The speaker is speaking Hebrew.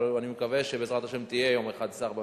ואני מקווה שבעזרת השם תהיה יום אחד שר בממשלה,